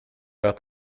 att